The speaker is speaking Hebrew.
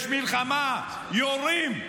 יש מלחמה, יורים,